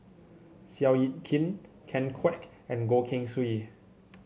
Seow Yit Kin Ken Kwek and Goh Keng Swee